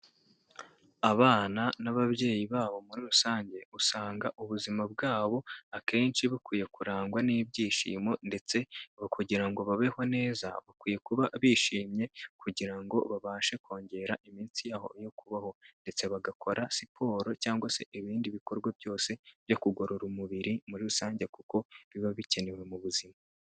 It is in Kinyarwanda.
Abana n'ababyeyi babo muri rusange usanga ubuzima bwabo akenshi bukwiye kurangwa n'ibyishimo ndetse kugira ngo babeho neza bakwiye kuba bishimye kugira ngo babashe kongera iminsi yabo yo kubaho ndetse bagakora siporo cyangwa se ibindi bikorwa byose byo kugorora umubiri muri rusange kuko biba bikenewe mu buzima.